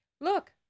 Look